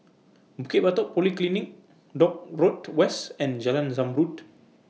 Bukit Batok Polyclinic Dock Road West and Jalan Zamrud